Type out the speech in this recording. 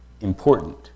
important